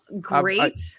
great